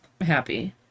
happy